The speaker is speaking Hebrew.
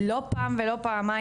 לא פעם ולא פעמיים,